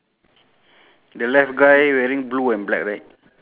pink shirt blue blue blue blouse